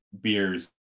beers